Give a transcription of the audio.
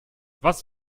was